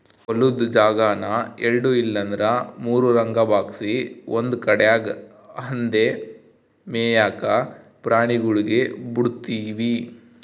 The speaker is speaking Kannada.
ಹೊಲುದ್ ಜಾಗಾನ ಎಲ್ಡು ಇಲ್ಲಂದ್ರ ಮೂರುರಂಗ ಭಾಗ್ಸಿ ಒಂದು ಕಡ್ಯಾಗ್ ಅಂದೇ ಮೇಯಾಕ ಪ್ರಾಣಿಗುಳ್ಗೆ ಬುಡ್ತೀವಿ